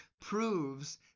proves